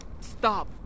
Stop